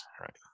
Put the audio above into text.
right